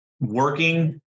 Working